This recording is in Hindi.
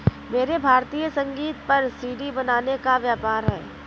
मेरा भारतीय संगीत पर सी.डी बनाने का व्यापार है